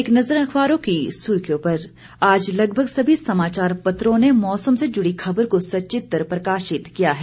एक नज़र अखबारों की सुर्खियों पर आज लगभग सभी समाचार पत्रों ने मौसम से जुड़ी खबर को सचित्र प्रकाशित किया है